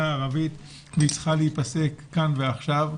הערבית והיא צריכה להיפסק כאן ועכשיו.